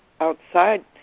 outside